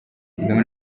kagame